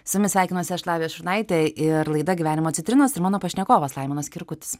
su jumis sveikinuosi aš lavija šurnaitė ir laida gyvenimo citrinos ir mano pašnekovas laimonas kirkutis